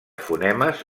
fonemes